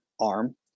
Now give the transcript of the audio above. arm